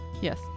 Yes